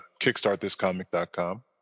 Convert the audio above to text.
kickstartthiscomic.com